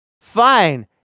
fine